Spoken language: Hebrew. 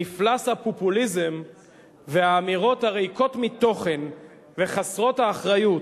מפלס הפופוליזם והאמירות הריקות מתוכן וחסרות האחריות